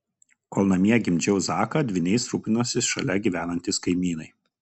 kol namie gimdžiau zaką dvyniais rūpinosi šalia gyvenantys kaimynai